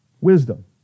Wisdom